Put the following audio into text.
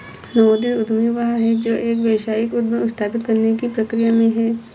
नवोदित उद्यमी वह है जो एक व्यावसायिक उद्यम स्थापित करने की प्रक्रिया में है